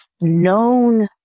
known